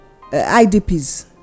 IDPs